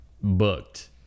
booked